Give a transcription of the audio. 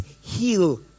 heal